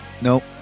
Nope